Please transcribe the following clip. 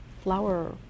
flower